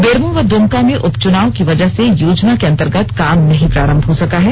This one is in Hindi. बेरमो व द्मका में उपच्नाव की वजह योजना के अंतर्गत काम नहीं प्रारंभ हो सका है